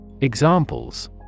Examples